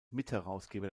mitherausgeber